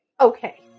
Okay